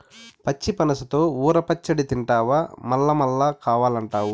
పచ్చి పనసతో ఊర పచ్చడి తింటివా మల్లమల్లా కావాలంటావు